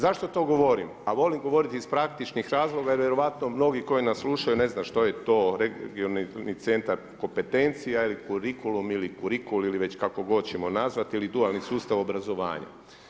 Zašto to govorim, a volim govoriti iz praktičnih razloga jer vjerovatno mnogi koji nas slušaju, ne znaju što je to regionalni centar kompetencija ili kurikulum ili kurikul ili već kako god ćemo nazvati ili dualni sustav obrazovanja.